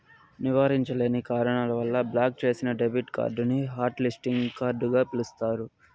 నివారించలేని కారణాల వల్ల బ్లాక్ చేసిన డెబిట్ కార్డుని హాట్ లిస్టింగ్ కార్డుగ పిలుస్తారు